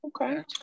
okay